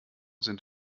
sind